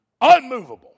unmovable